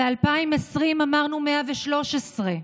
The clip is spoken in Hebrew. ב-2020 אמרנו: 113,